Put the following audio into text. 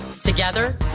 Together